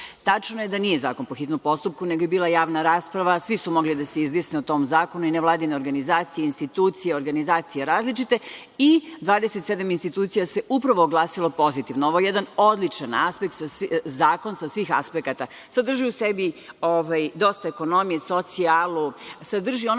Tačno je da nije zakon po hitnom postupku nego je bila javna rasprava i svi su mogli da se izjasne o tom zakonu, i nevladine organizacije, institucije, različite organizacije i 27 institucija se upravo oglasilo pozitivno. Ovo je jedan odličan zakon sa svim aspekata. Sadrži u sebi dosta ekonomije, socijalu, sadrži ono